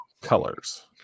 colors